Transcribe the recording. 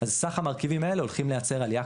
אז סך המרכיבים האלה הולכים לייצר עלייה